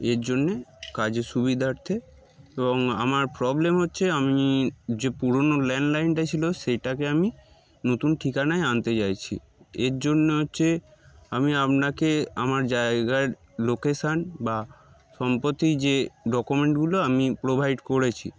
এর জন্যে কাজের সুবিধার্থে এবং আমার প্রবলেম হচ্ছে আমি যে পুরোনো ল্যান্ডলাইনটা ছিল সেইটাকে আমি নতুন ঠিকানায় আনতে চাইছি এর জন্য হচ্ছে আমি আপনাকে আমার জায়গার লোকেশান বা সম্পত্তি যে ডকুমেন্টগুলো আমি প্রোভাইড করেছি